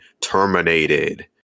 terminated